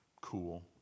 cool